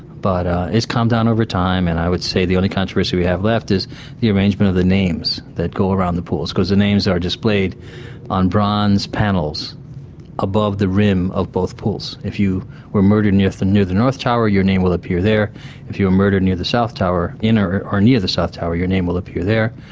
but it's calmed down over time and i would say the only controversy we have left is the arrangement of the names that go around the pools, because the names are displayed on bronze panels above the rim of both pools. if you were murdered in or near the north tower your name will appear there if you were murdered near the south tower, in or or near the south tower, your name will appear there.